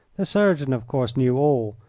the surgeon, of course, knew all,